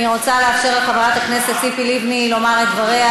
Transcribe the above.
אני רוצה לאפשר לחברת הכנסת ציפי לבני לומר את דבריה.